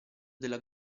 della